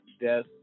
death